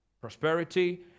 Prosperity